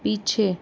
पीछे